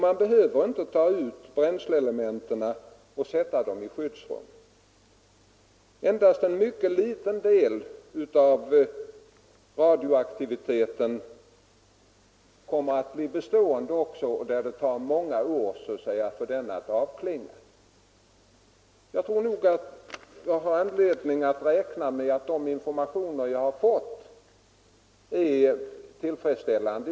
Man behöver inte heller ta ut bränsleelementen och placera dem i skyddsrum. Endast en mycket liten del av radioaktiviteten kommer att bli bestående. Jag anser mig ha anledning att räkna med att de informationer jag fått i detta avseende är tillfredsställande.